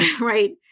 Right